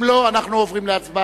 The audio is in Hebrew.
אם לא, אנחנו עוברים להצבעה.